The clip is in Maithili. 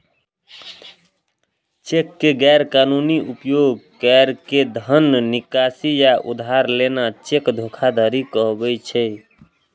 चेक के गैर कानूनी उपयोग कैर के धन निकासी या उधार लेना चेक धोखाधड़ी कहाबै छै